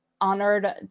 honored